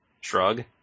shrug